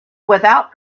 without